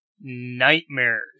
nightmares